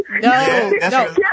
No